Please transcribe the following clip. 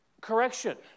Correction